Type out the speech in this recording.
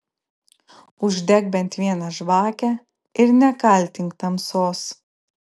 uždek bent vieną žvakę ir nekaltink tamsos